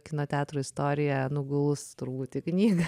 kino teatrų istorija nuguls turbūt į knygą